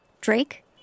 Drake